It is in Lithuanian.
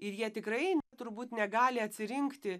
ir jie tikrai turbūt negali atsirinkti